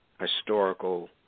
historical